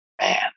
man